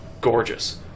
gorgeous